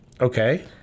Okay